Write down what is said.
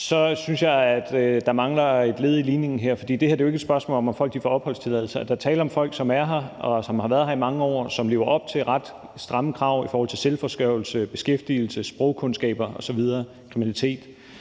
så synes jeg, der mangler et led i ligningen her, for det her er jo ikke et spørgsmål om, at folk får opholdstilladelse. Altså, der er tale om folk, som er her, og som har været her i mange år, og som lever op til ret stramme krav i forhold til selvforsørgelse, beskæftigelse, sprogkundskaber, kriminalitet